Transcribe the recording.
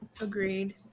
Agreed